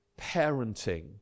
parenting